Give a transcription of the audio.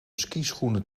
skischoenen